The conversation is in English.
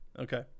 Okay